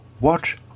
Watch